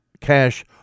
Cash